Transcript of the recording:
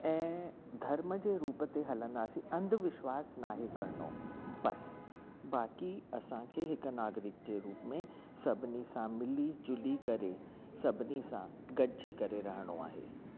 ऐं धर्म जे रूप ते हलंदासीं अंधविश्वासु ना आहे करिणो बसि बाक़ी असांखे हिकु नागरिक जे रूप में सभिनी सां मिली जुली करे सभिनी सां गॾिजी करे रहिणो आहे